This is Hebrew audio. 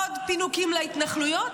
עוד פינוקים להתנחלויות,